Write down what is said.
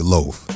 Loaf